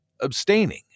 abstaining